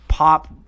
pop